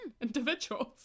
individuals